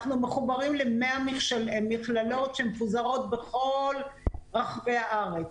אנחנו מחוברים ל-100 מכללות שמפוזרות בכל רחבי הארץ.